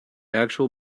actual